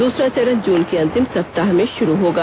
दूसरा चरण जून के अंतिम सप्ताह में शुरू होगा